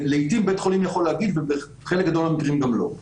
לעתים בית חולים יכול להגיד ובחלק גדול מהמקרים גם לא.